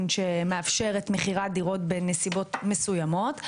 שמאפשרת מכירת דירות בנסיבות מסוימות,